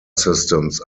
systems